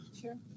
Sure